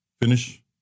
finish